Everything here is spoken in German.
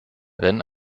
wenn